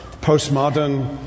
postmodern